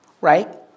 Right